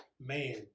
Man